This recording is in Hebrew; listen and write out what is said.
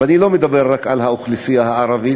ואני לא מדבר רק על האוכלוסייה הערבית,